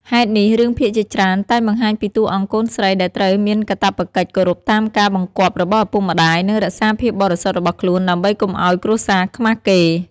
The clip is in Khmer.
ហេតុនេះ រឿងភាគជាច្រើនតែងបង្ហាញពីតួអង្គកូនស្រីដែលត្រូវមានកាតព្វកិច្ចគោរពតាមការបង្គាប់របស់ឪពុកម្តាយ និងរក្សាភាពបរិសុទ្ធរបស់ខ្លួនដើម្បីកុំឱ្យគ្រួសារខ្មាសគេ។